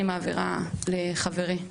אני מעבירה את רשות הדיבור לחברי.